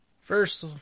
First